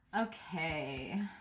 Okay